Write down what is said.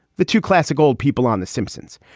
the two classic old people on the simpsons.